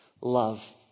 love